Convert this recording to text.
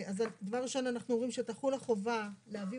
דבר ראשון אנחנו אומרים שתחול החובה להביא